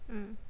mm